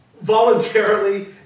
voluntarily